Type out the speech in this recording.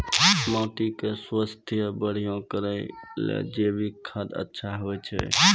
माटी के स्वास्थ्य बढ़िया करै ले जैविक खाद अच्छा होय छै?